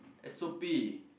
S_O_P